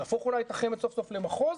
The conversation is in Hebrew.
להפוך אולי את החמ"ד סוף סוף למחוז,